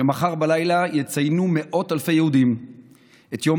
שמחר בלילה יציינו מאות אלפי יהודים את יום